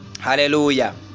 hallelujah